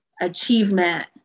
achievement